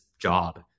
job